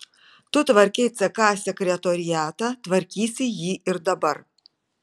tu tvarkei ck sekretoriatą tvarkysi jį ir dabar